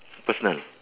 personal